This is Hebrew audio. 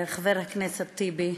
חבר הכנסת טיבי.